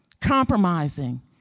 compromising